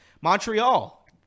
Montreal